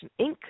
Inc